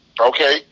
Okay